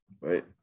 right